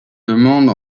demande